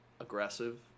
aggressive